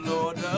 Lord